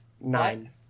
Nine